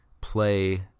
play